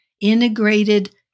Integrated